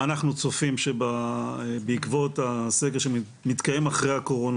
אנחנו צופים שבעקבות הסגר שמתקיים אחרי הקורונה